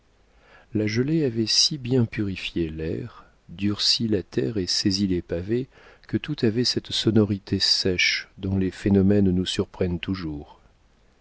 la gelée avait si bien purifié l'air durci la terre et saisi les pavés que tout avait cette sonorité sèche dont les phénomènes nous surprennent toujours